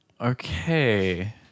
okay